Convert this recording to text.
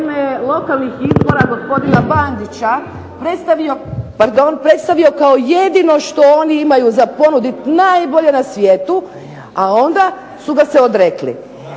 vrijeme lokalnih izbora gospodina Bandića predstavio kao jedino što oni imaju za ponuditi najbolje na svijetu, a onda su ga se odrekli.